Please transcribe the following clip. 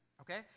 okay